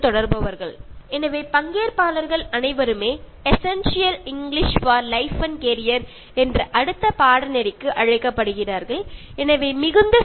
ഈ കോഴ്സിൽ പങ്കെടുത്ത എല്ലാപേരെയും നമ്മുടെ അടുത്ത് കോഴ്സ് ആയ essential English for life and career എന്ന കോഴ്സിലേക്ക് സ്വാഗതം ചെയ്യുന്നു